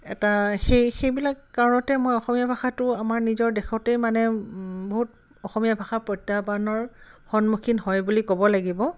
এটা সেই সেইবিলাক কাৰণতে মই অসমীয়া ভাষাটো আমাৰ নিজৰ দেশতেই মানে বহুত অসমীয়া ভাষাৰ প্ৰত্যাহ্বানৰ সন্মুখীন হয় বুলি ক'ব লাগিব